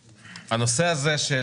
הנושא הזה של